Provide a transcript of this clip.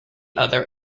other